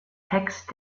text